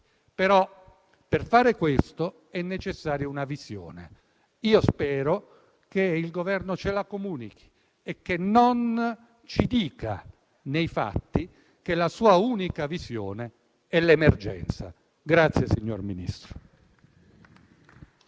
Però, per fare questo, è necessaria una visione. Io spero che il Governo ce la comunichi e che non ci dica, nei fatti, che la sua unica visione è l'emergenza.